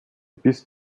bis